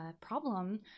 problem